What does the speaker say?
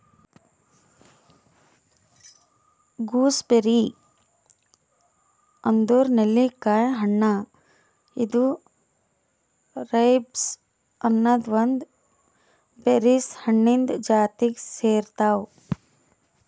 gooseberry ಅಂದುರ್ ನೆಲ್ಲಿಕಾಯಿ ಹಣ್ಣ ಇದು ರೈಬ್ಸ್ ಅನದ್ ಒಂದ್ ಬೆರೀಸ್ ಹಣ್ಣಿಂದ್ ಜಾತಿಗ್ ಸೇರ್ತಾವ್